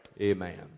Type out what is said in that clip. Amen